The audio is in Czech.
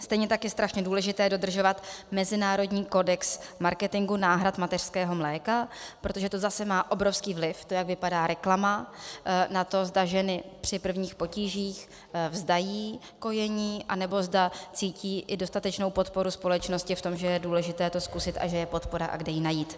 Stejně tak je strašně důležité dodržovat mezinárodní kodex marketingu náhrad mateřského mléka, protože to zase má obrovský vliv to, jak vypadá reklama na to, zda ženy při prvních potížích vzdají kojení, anebo zda cítí i dostatečnou podporu společnosti v tom, že je důležité to zkusit a že je podpora a kde ji najít.